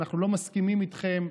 אנחנו לא מסכימים איתכם,